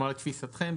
לתפיסתכם,